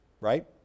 right